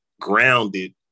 grounded